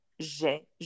J'ai